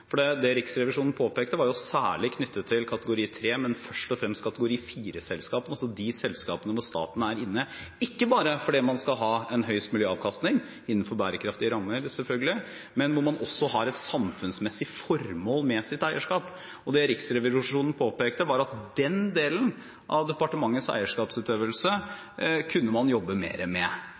den måten. Det Riksrevisjonen påpekte, var særlig knyttet til kategori 3-selskapene, men først og fremst kategori 4-selskapene, altså de selskapene som staten er inne i, ikke bare fordi man skal ha en høyest mulig avkastning – innenfor bærekraftige rammer, selvfølgelig – men hvor man også har et samfunnsmessig formål med sitt eierskap. Det Riksrevisjonen påpekte, var at den delen av departementets eierskapskapsutøvelse kunne man jobbe mer med.